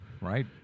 right